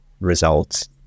results